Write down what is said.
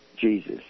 Jesus